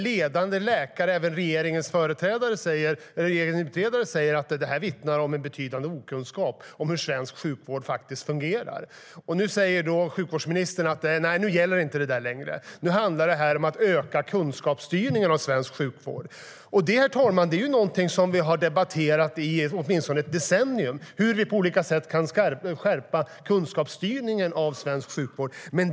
Ledande läkare - även regeringens utredare - säger att det vittnar om betydande okunskap om hur svensk sjukvård faktiskt fungerar. Nu säger sjukvårdsministern att det inte gäller längre, att det nu handlar om att öka kunskapsstyrningen av svensk sjukvård. Hur vi på olika sätt kan skärpa kunskapsstyrningen av svensk sjukvård, herr talman, är något som vi har debatterat i åtminstone ett decennium.